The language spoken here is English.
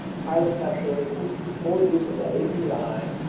pilot testing the the full use of that api,